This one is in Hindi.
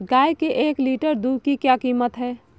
गाय के एक लीटर दूध की क्या कीमत है?